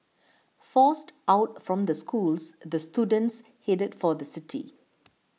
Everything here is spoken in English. forced out from the schools the students headed for the city